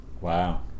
Wow